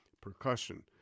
percussion